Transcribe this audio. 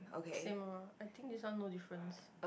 same ah I think there are no difference